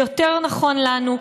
זה יותר נכון לנו,